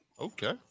Okay